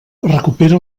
recupera